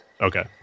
Okay